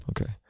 okay